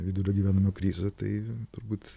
vidurio gyvenimo krize tai turbūt